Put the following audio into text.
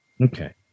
Okay